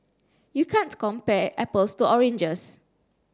you can't compare apples to oranges